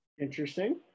interesting